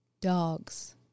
dogs